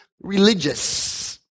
religious